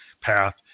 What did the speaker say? path